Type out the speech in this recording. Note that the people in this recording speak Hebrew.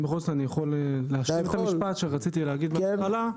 אני יכול בכל זאת להשלים את המשפט שרציתי להגיד בהתחלה?